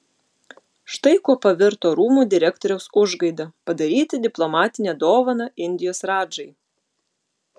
štai kuo pavirto rūmų direktoriaus užgaida padaryti diplomatinę dovaną indijos radžai